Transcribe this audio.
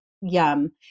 Yum